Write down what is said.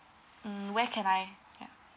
mm where can I ya